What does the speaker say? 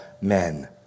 men